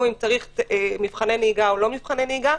אם צריך מבחני נהיגה או לא מבחני נהיגה,